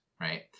right